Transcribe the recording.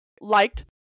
liked